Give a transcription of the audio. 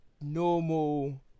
normal